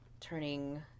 turning